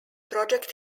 project